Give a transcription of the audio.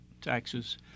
taxes